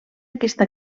aquesta